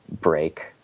break